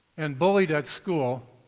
and bullied at school.